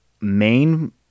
main